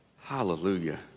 Hallelujah